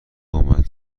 اومد